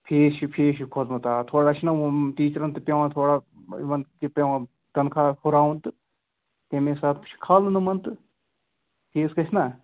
fees چھِ fees چھُ کھوٚتمُت آ تھوڑا چھُ نا ٹیٖچرَن تہِ پٮ۪وان تھوڑا یِمَن تہِ پٮ۪وان تَنخاہَس ہُراوُن تہٕ تَمہِ حساب تہِ چھِ کھالُن یِمَن تہٕ فیٖس کھَسہِ نا